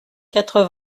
quatre